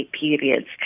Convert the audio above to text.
periods